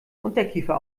unterkiefer